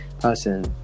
person